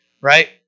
Right